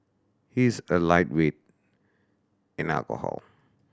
he is a lightweight in alcohol